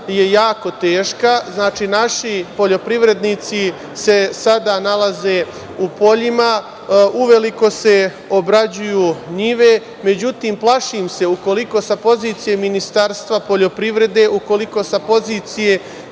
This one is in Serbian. je jako teška. Naši poljoprivrednici se sada nalaze u poljima, uveliko se obrađuju njive. Međutim, plašim se ukoliko sa pozicije Ministarstva poljoprivrede, ukoliko sa pozicije